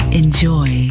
enjoy